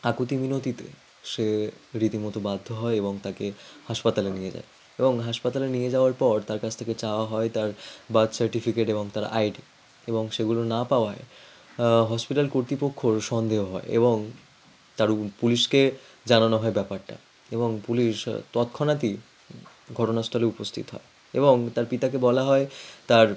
আকুতি মিনতিতে সে রীতিমতো বাধ্য হয় এবং তাকে হাসপাতালে নিয়ে যায় এবং হাসপাতালে নিয়ে যাওয়ার পর তার কাছ থেকে চাওয়া হয় তার বার্থ সার্টিফিকেট এবং তার আইডি এবং সেগুলো না পাওয়ায় হসপিটাল কর্তৃপক্ষর সন্দেহ হয় এবং তারা পুলিশকে জানানো হয় ব্যাপারটা এবং পুলিশ তৎক্ষণাৎই ঘটনাস্থলে উপস্থিত হয় এবং তার পিতাকে বলা হয় তার